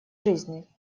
жизни